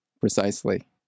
Precisely